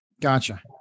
Gotcha